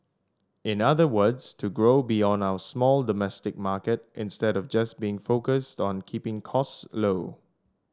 in other words to grow beyond our small domestic market instead of just being focused on keeping costs low